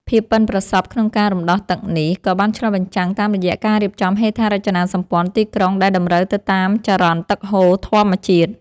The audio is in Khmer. ភាពប៉ិនប្រសប់ក្នុងការរំដោះទឹកនេះ ក៏បានឆ្លុះបញ្ចាំងតាមរយៈការរៀបចំហេដ្ឋារចនាសម្ព័ន្ធទីក្រុងដែលតម្រូវទៅតាមចរន្តទឹកហូរធម្មជាតិ។